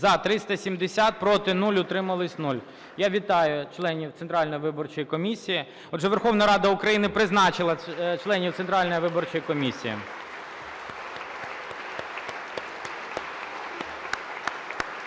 За-371 Проти – 0, утрималися – 0. Я вітаю членів Центральної виборчої комісії. Отже, Верховна Рада України призначила членів Центральної виборчої комісії.